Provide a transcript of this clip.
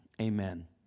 amen